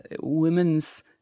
Women's